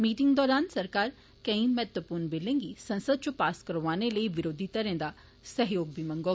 meeting दौरान सरकार केई महत्वपूर्ण बिलें गी संसद च पास करोआने लेई बरोधी दलें दा सैह्योग मंग्गोग